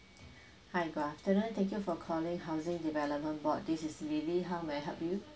hi good afternoon thank you for calling housing development board this is lily how may I help you